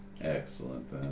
Excellent